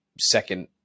second